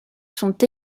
sont